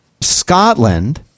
Scotland